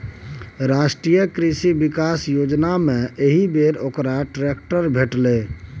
राष्ट्रीय कृषि विकास योजनामे एहिबेर ओकरा ट्रैक्टर भेटलै